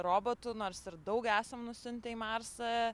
robotų nors ir daug esam nusiuntę į marsą